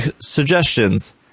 suggestions